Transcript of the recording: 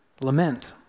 lament